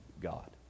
God